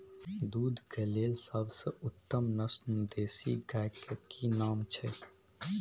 दूध के लेल सबसे उत्तम नस्ल देसी गाय के की नाम छै?